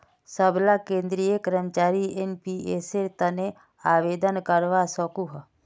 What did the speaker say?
सबला केंद्रीय कर्मचारी एनपीएसेर तने आवेदन करवा सकोह